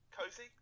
cozy